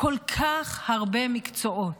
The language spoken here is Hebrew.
בכל כך הרבה מקצועות,